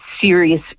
serious